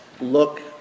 look